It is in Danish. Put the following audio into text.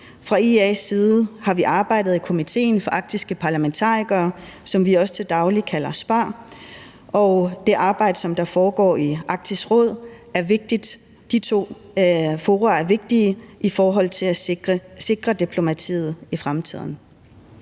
Fra IA's side har vi arbejdet i komitéen for arktiske parlamentarikere, som vi også til daglig kalder SCPAR, og det arbejde, som der foregår i Arktis råd, er vigtigt. De to fora er vigtige i forhold til at sikre diplomatiet i fremtiden.